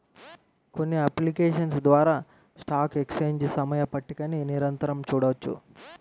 కొన్ని అప్లికేషన్స్ ద్వారా stock exchange సమయ పట్టికని నిరంతరం చూడొచ్చు